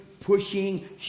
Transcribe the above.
pushing